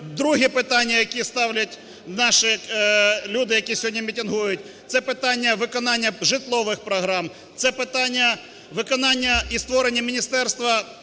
Другі питання, які ставлять наші люди, які сьогодні мітингують, це питання виконання житлових програм, це питання виконання і створення Міністерства